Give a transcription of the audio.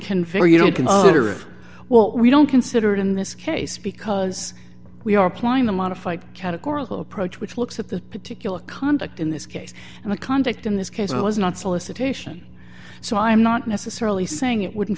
conveyed you don't consider well we don't consider it in this case because we are applying the modified categorical approach which looks at the particular conduct in this case and the conduct in this case was not solicitation so i'm not necessarily saying it wouldn't